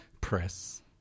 press